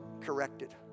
corrected